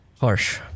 harsh